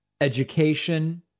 education